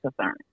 concern